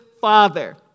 father